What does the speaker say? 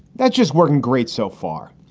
that's just working great. so far,